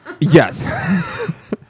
Yes